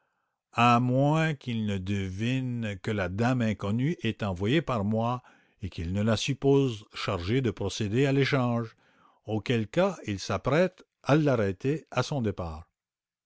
à moins qu'ils ne devinent que la dame inconnue est envoyée par moi et qu'ils ne la supposent chargée de procéder à l'échange auquel cas ils s'apprêtent à l'arrêter à son départ